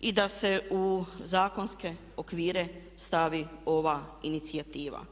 i da se u zakonske okvire stavi ova inicijativa.